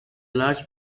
large